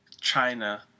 China